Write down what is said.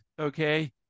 okay